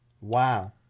wow